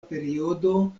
periodo